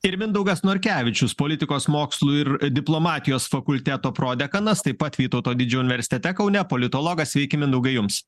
ir mindaugas norkevičius politikos mokslų ir diplomatijos fakulteto prodekanas taip pat vytauto didžiojo universitete kaune politologas sveiki mindaugai jums